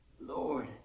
Lord